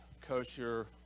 kosher